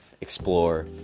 explore